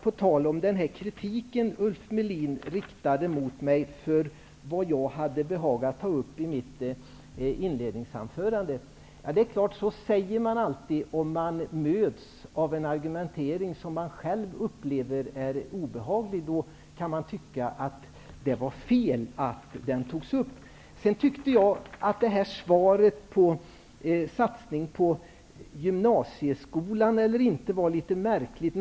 Ulf Melin riktade kritik mot mig för det jag hade behagat ta upp i mitt inledningsanförande. Det är klart att om man möts av en argumentering som man själv upplever som obehaglig, då kan man tycka att det var fel att den togs upp. Sedan tycker jag att svaret på frågan om satsning på gymnasieskolan eller inte var litet märkligt.